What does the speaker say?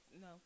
No